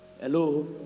Hello